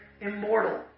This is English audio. immortal